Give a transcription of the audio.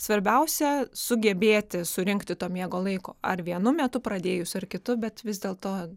svarbiausia sugebėti surinkti to miego laiko ar vienu metu pradėjus ar kitu bet vis dėlto